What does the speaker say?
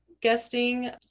guesting